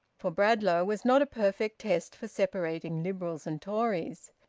for bradlaugh was not a perfect test for separating liberals and tories.